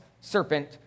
serpent